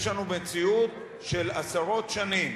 יש לנו מציאות של עשרות שנים